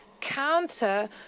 counter